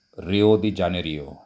Rio de Janeiro